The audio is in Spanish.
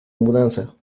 mudanza